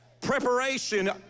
preparation